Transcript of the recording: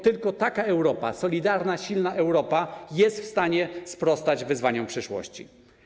Tylko taka Europa, solidarna i silna, jest w stanie sprostać wyzwaniom przyszłości.